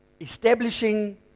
establishing